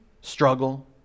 struggle